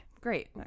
Great